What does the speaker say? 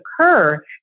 occur